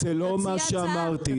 זה לא מה שאמרתי, גברתי.